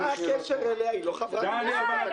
מה הקשר אליה, היא לא חברת כנסת.